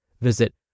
Visit